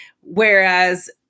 whereas